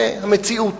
זה המציאות.